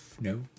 No